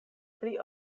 pli